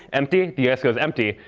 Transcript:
empty, the goes empty.